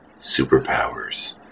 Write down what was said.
Superpowers